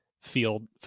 field